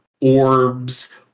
orbs